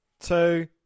Two